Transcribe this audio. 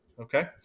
okay